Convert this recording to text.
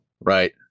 right